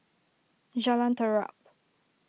Jalan Terap